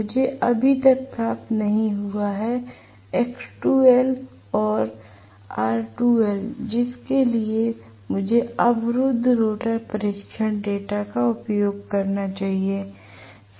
मुझे अभी तक प्राप्त नहीं हुआ है और जिसके लिए मुझे अवरुद्ध रोटर परीक्षण डेटा का उपयोग करना चाहिए